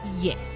Yes